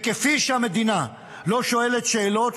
כפי שהמדינה לא שואלת שאלות,